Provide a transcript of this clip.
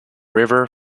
river